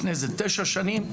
לפני איזה תשע שנים,